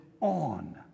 on